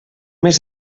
mes